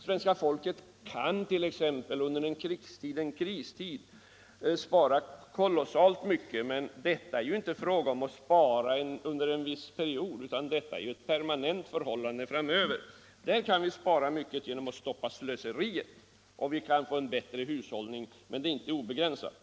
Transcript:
Svenska folket kan t.ex. under en kristid spara kolossalt mycket, men det är ju nu inte fråga om sparande under en viss bestämd period utan om ett permanent förhållande framöver. Vi kan spara mycket genom att stoppa slöseriet och vi kan komma fram till en bättre hushållning, men möjligheterna är inte obegränsade.